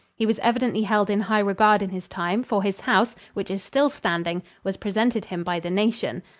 he was evidently held in high regard in his time, for his house, which is still standing, was presented him by the nation.